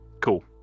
Cool